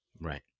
Right